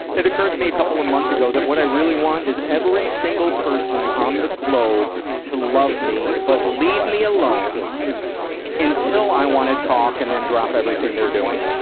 it occurred to me a couple of months ago, that what i really want is every single person on the globe to love me, but leave me alone until i wanna talk and then drop everything they're doing.